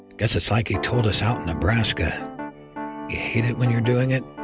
guess it's like he told us out in nebraska you hate it when you're doing it.